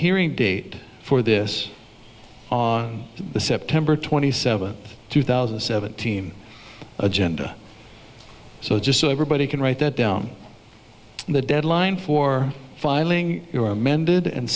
hearing date for this on the september twenty seventh two thousand and seventeen agenda so just so everybody can write that down and the deadline for filing your amended and